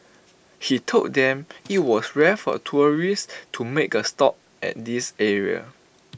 he told them that IT was rare for tourists to make A stop at this area